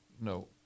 no